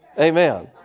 Amen